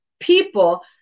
people